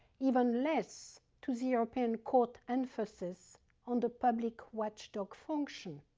even less to the european court emphasis on the public watchdog function.